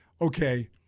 okay